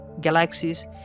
galaxies